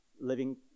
living